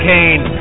Kane